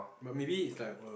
but maybe it is like a